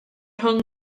rhwng